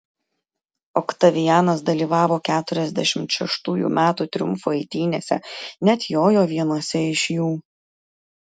oktavianas dalyvavo keturiasdešimt šeštųjų metų triumfo eitynėse net jojo vienose iš jų